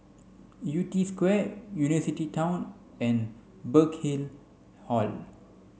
Yew Tee Square University Town and Burkill Hall